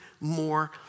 more